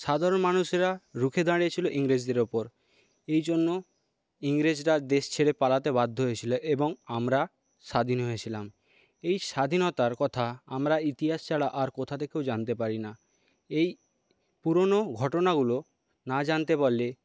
সাধারণ মানুষেরা রুখে দাঁড়িয়ে ছিল ইংরেজদের উপর এই জন্য ইংরেজরা দেশ ছেড়ে পালাতে বাধ্য হয়েছিল এবং আমরা স্বাধীন হয়েছিলাম এই স্বাধীনতার কথা আমরা ইতিহাস ছাড়া আর কোথা থেকেও জানতে পারি না এই পুরোনো ঘটনাগুলো না জানতে পারলে